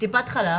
בטיפת חלב?